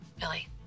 Billy